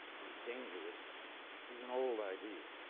and dangerous is an old idea.